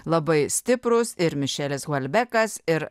labai stiprūs ir mišelis volbekas ir